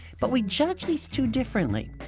but we judge these two differently.